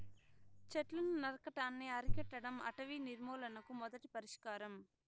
చెట్లను నరకటాన్ని అరికట్టడం అటవీ నిర్మూలనకు మొదటి పరిష్కారం